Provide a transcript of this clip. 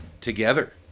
together